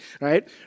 right